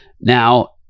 Now